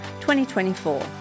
2024